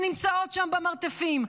שנמצאות שם במרתפים?